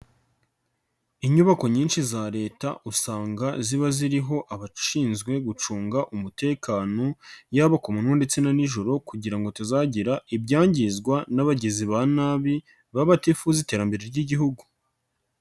Unyubako nyinshi za Leta, usanga ziba ziriho abashinzwe gucunga umutekano, yaba ku manwa ndetse na nijoro kugira ngo hatazagira ibyangizwa n'abagizi ba nabi, baba batifuza iterambere ry'igihugu.